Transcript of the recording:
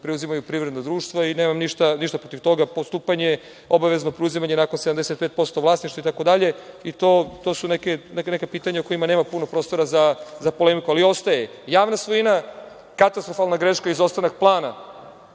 preuzimaju privredna društva. Nemam ništa protiv toga, postupanje, obavezno preuzimanje nakon 75% vlasništva, itd. To su neka pitanja na kojima nema puno prostora za polemiku, ali ostaje javna svojina, katastrofalna greška, izostanak plana